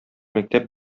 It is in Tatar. мәктәп